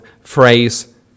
phrase